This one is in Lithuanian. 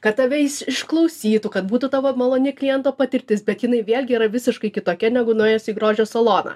kad tave išklausytų kad būtų tavo maloni kliento patirtis bet jinai vėlgi yra visiškai kitokia negu nuėjus į grožio saloną